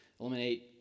eliminate